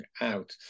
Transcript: out